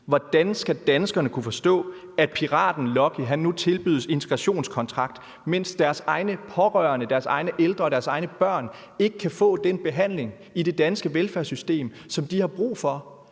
Hvordan skal danskerne kunne forstå, at piraten Lucky nu tilbydes integrationskontrakt, mens deres egne pårørende, deres egne ældre og deres egne børn ikke kan få den behandling i det danske velfærdssystem, som de har brug for?